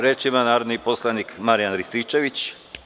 Reč ima narodni poslanik Marijan Rističević.